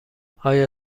آیا